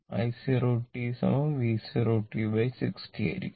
i 0t V 0 t 60 ആയിരിക്കും